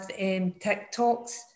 TikToks